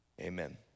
amen